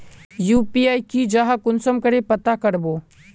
UPI की जाहा कुंसम करे पता करबो?